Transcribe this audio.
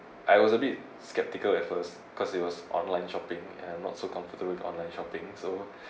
I was a bit skeptical at first because it was online shopping and I'm not so comfortable with online shopping so